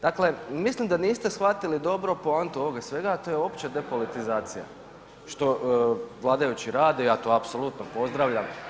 Dakle, mislim da niste shvatili dobro poantu ovoga svega, a to je opća depolitizacija što vladajući rade, ja to apsolutno pozdravljam.